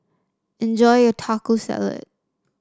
enjoy your Taco Salad